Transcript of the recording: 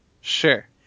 sure